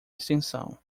extensão